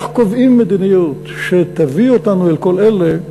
איך קובעים מדיניות שתביא אותנו אל כל אלה?